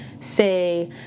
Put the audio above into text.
say